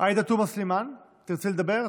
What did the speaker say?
תרצי לדבר?